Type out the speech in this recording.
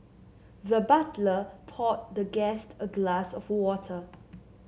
the butler poured the guest a glass of water